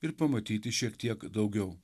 ir pamatyti šiek tiek daugiau